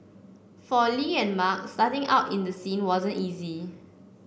for Li and Mark starting out in the scene wasn't easy